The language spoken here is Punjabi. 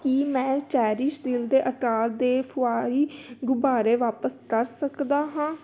ਕੀ ਮੈਂ ਚੇਰੀਸ਼ ਦਿਲ ਦੇ ਆਕਾਰ ਦੇ ਫੁਆਇਲ ਗੁਬਾਰੇ ਵਾਪਸ ਕਰ ਸਕਦਾ ਹਾਂ